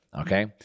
Okay